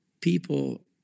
people